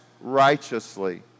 righteously